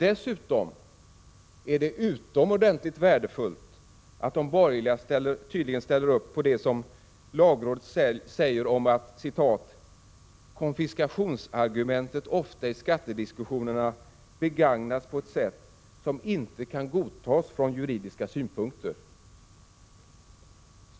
Dessutom är det utomordentligt värdefullt att de borgerliga tydligen ställer upp på det lagrådet säger om att ”konfiskationsargumentet” begagnas ”ofta i skattediskussionerna på ett sätt som inte kan godtas från juridiska synpunkter”.